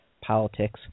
politics